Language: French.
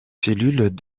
cellules